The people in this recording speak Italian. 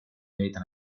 milita